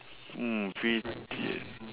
mm pettiest